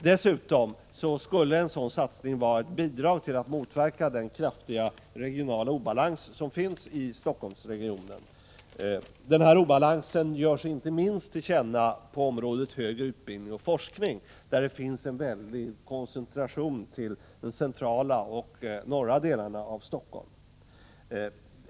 Dels skulle en sådan satsning vara ett bidrag när det gäller att motverka den kraftiga regionala obalans som råder i Stockholmsregionen. Denna obalans ger sig till känna inte minst på området högre utbildning och forskning, där det finns en väldig koncentration till de centrala och norra delarna av Stockholm.